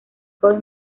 guy